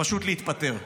פשוט להתפטר.